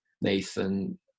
nathan